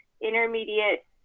intermediate